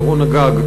עקרון הגג,